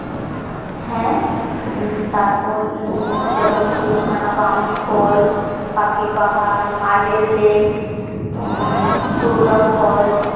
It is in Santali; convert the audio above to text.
ᱦᱮᱸ ᱛᱟᱨᱯᱚᱨ ᱡᱮᱢᱚᱱ ᱦᱩᱭᱩᱜ ᱠᱟᱱᱟ ᱵᱟᱢᱱᱤ ᱯᱷᱚᱞᱥ ᱯᱟᱠᱷᱤ ᱯᱟᱦᱟᱲ ᱢᱮᱨᱵᱮᱞ ᱞᱮᱠ ᱴᱷᱩᱲᱜᱟ ᱯᱷᱚᱞᱥ